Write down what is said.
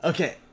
Okay